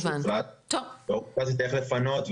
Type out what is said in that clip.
ברגע שיוחלט איך לפנות,